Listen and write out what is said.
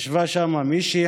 ישבה שם מישהי,